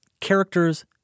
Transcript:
characters